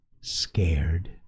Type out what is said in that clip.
Scared